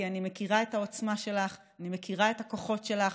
כי אני מכירה את העוצמה שלך ואני מכירה את הכוחות שלך.